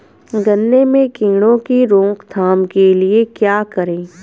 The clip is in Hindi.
गन्ने में कीड़ों की रोक थाम के लिये क्या करें?